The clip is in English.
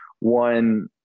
one